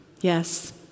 Yes